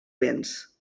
béns